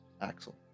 Axel